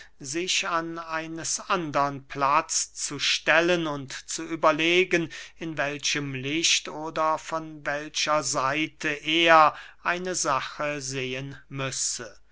sich an eines andern platz zu stellen und zu überlegen in welchem licht oder von welcher seite er eine sache sehen müsse